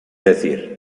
decir